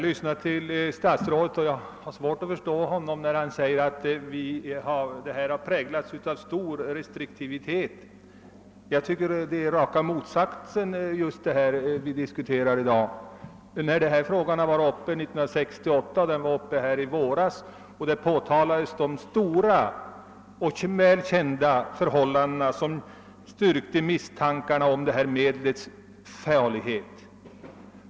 Herr talman! Jag har svårt att förstå statsrådet, när han säger att användningen har präglats av stor restriktivitet. Diskussionen i dag tyder på raka motsatsen. Frågan var uppe 1968, och den var uppe i våras. Vid dessa tillfällen påtalades de väl kända förhållanden som styrker misstankarna om medlets farlighet.